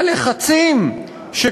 הלחצים על